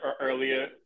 earlier